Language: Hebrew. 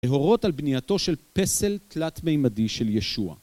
להורות על בנייתו של פסל תלת מימדי של ישוע.